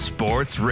Sports